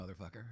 motherfucker